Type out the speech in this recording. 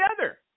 together